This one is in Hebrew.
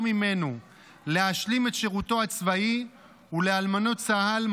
ממנו להשלים את שירותו הצבאי ולאלמנות צה"ל.